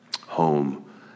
home